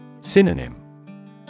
Synonym